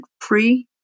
free